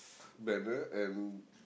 banner and